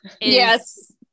yes